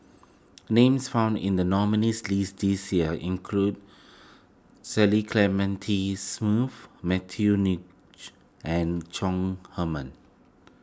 names found in the nominees' list this year include Cecil Clementi Smith Matthew and Chong Heman